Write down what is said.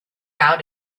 out